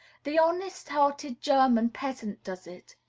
the honest-hearted german peasant does it.